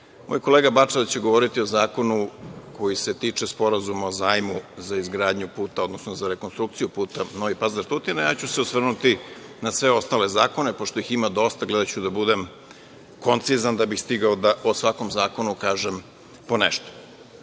kolega Bačevac će govoriti o zakonu koji se tiče Sporazuma o zajmu za izgradnju puta odnosno za rekonstrukciju puta Novi Pazar-Tutin, a ja ću se osvrnuti na sve ostale zakone pošto ih ima dosta, gledaću da budem koncizan da bih stigao da o svakom zakonu kažem po nešto. Prvo